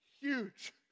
huge